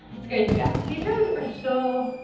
it's great to be back. these rooms are so,